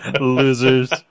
Losers